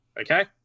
okay